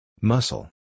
Muscle